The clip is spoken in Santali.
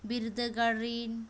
ᱵᱤᱨᱫᱟᱹᱜᱟᱲᱨᱤᱱ